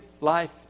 life